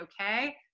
okay